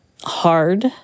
hard